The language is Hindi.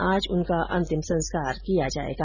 आज उनका अंतिम संस्कार किया जायेगा